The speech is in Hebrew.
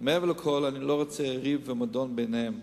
מעבר לכול, אני לא רוצה ריב ומדון ביניהם.